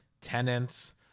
tenants